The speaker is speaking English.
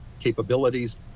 capabilities